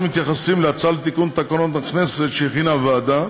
אנחנו מתייחסים להצעה לתיקון תקנון הכנסת שהכינה הוועדה.